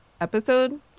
episode